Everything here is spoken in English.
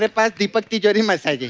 ah deepak tijori massage.